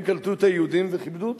הם קלטו את היהודים וכיבדו אותם.